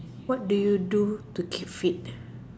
what do you do to keep fit